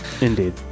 indeed